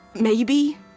Maybe